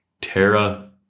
Terra